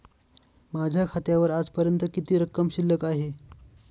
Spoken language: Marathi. माझ्या खात्यावर आजपर्यंत किती रक्कम शिल्लक आहे?